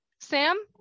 Sam